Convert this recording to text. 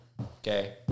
Okay